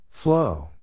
Flow